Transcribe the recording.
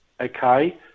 okay